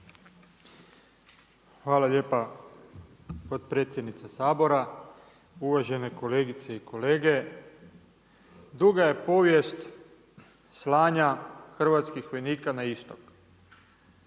Hvala lijepa potpredsjednice Sabora. Uvažene kolegice i kolege. Duga je povijest slanja hrvatskih vojnika na istok.